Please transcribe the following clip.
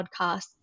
podcasts